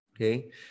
Okay